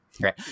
right